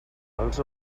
els